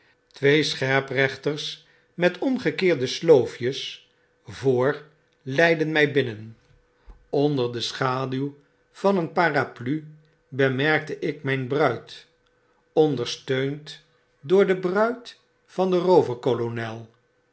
twee scherprechters met omgekeerde sloofjes voor leidden my binnen onder de schaduw van een parapluie bemerkte ik myn bruid ondersteund door de bruid van den